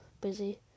busy